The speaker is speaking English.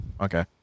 Okay